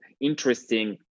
interesting